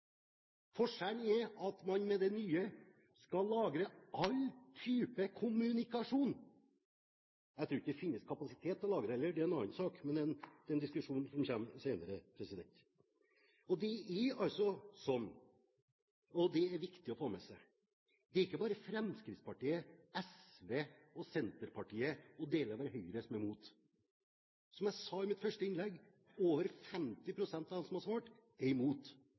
Forskjellen er at man med det nye direktivet skal lagre all type kommunikasjon. Jeg tror ikke det finnes kapasitet til å lagre det heller. Det er en annen sak, det er en diskusjon som kommer senere. Og det er altså sånn – og det er det viktig å få med seg – at det er ikke bare Fremskrittspartiet, SV, Senterpartiet og deler av Høyre som er imot. Som jeg sa i mitt første innlegg: Over 50 pst. av dem som har svart, er imot.